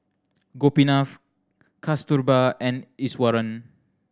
Gopinath Kasturba and Iswaran